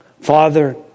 Father